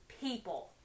people